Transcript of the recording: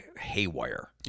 haywire